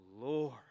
Lord